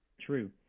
true